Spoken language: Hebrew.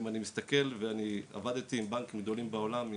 אם אני מסתכל ועבדתי עם בנקים גדולים בעולם,